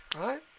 right